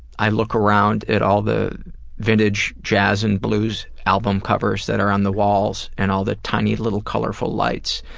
i look around at all the vintage jazz and blues album covers that are on the walls and all the tiny little colorful lights,